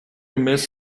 miss